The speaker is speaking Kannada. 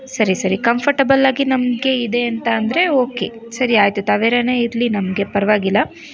ಸರಿ ಸರಿ ಕಂಫರ್ಟೆಬಲ್ಲಾಗಿ ನಮಗೆ ಇದೆ ಅಂತ ಅಂದರೆ ಓಕೆ ಸರಿ ಆಯಿತು ತವೆರನೇ ಇರಲಿ ನಮಗೆ ಪರವಾಗಿಲ್ಲ